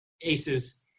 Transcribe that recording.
Aces